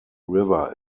river